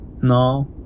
No